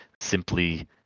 simply